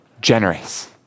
generous